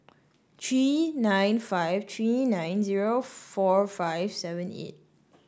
three nine five three nine zero four five seven eight